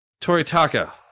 Toritaka